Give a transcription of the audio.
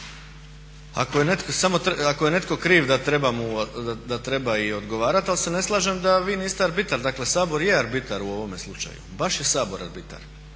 ako je netko kriv da treba i odgovarati, ali se ne slažem da vi niste arbitar. Dakle Sabor je arbitar u ovome slučaju, baš je Sabor arbitar.